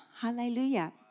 Hallelujah